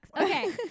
Okay